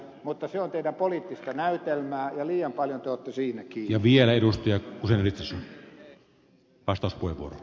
mutta se on teidän poliittista näytelmäänne ja liian paljon te olette siinä kiinni